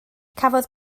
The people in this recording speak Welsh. cafodd